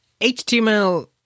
HTML